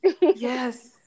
Yes